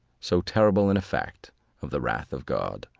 so terrible an effect of the wrath of god.